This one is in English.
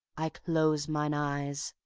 i close mine eyes.